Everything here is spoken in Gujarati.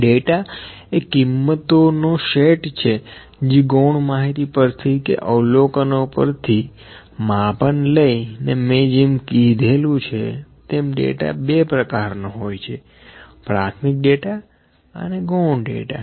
ડેટા એ કિંમતો નો સેટ છે જે ગૌણ માહિતી પરથી કે અવલોકનો પરથી માપન લઇને મે જેમ કીધેલું છે તેમ ડેટા બે પ્રકારનો હોય છે પ્રાથમિક ડેટા અને ગૌણ ડેટા